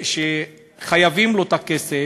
זה שחייבים לו את הכסף,